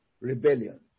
rebellion